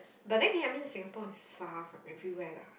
but then Again I mean Singapore is far from everywhere lah